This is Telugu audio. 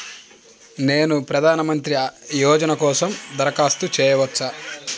నేను ప్రధాన మంత్రి యోజన కోసం దరఖాస్తు చేయవచ్చా?